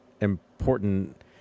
important